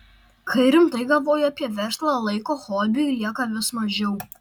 kai rimtai galvoji apie verslą laiko hobiui lieka vis mažiau